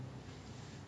ya ya ya